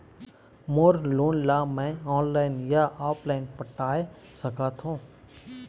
मोर loan ला मैं online या ऑफलाइन पटाए सकथों?